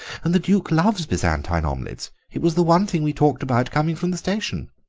and the duke loves byzantine omelettes. it was the one thing we talked about coming from the station.